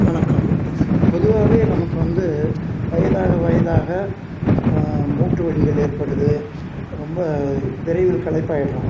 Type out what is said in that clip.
வணக்கம் பொதுவாகவே நமக்கு வந்து வயதாக வயதாக மூட்டு வலிகள் ஏற்படுது ரொம்ப விரைவில் களைப்பாகிட்றோம்